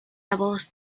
doubles